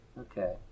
Okay